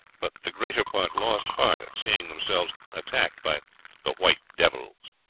but the greater part lost heart at seeing themselves attacked by the white devils,